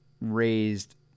raised